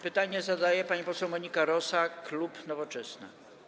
Pytanie zadaje pani poseł Monika Rosa, klub Nowoczesna.